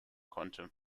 konnte